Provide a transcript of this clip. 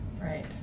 Right